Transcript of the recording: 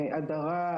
הדרה,